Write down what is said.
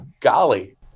golly